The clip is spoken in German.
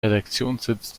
redaktionssitz